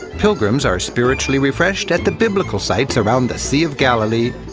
pilgrims are spiritually refreshed at the biblical sights around the sea of galilee.